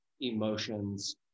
emotions